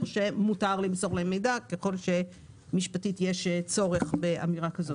שמותר למסור להם מידע ככל שמשפטית יש צורך באמירה כזאת.